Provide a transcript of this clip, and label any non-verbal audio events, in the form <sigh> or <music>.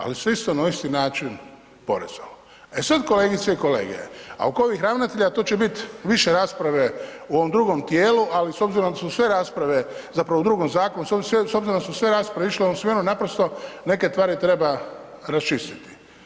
Ali svi su na isti način … <unintelligible> e sada kolegice i kolege oko ovih ravnatelja to će biti više rasprave u ovom drugom tijelu, ali s obzirom da su sve rasprave, zapravo u drugom zakonu, s obzirom da su sve rasprave išle u ovom smjeru, naprosto neke tvari treba raščistiti.